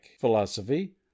philosophy